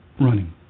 running